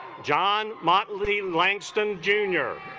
john motley langston jr.